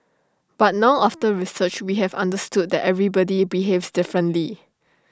but now after research we have understood that everybody behaves differently